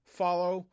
follow